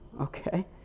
Okay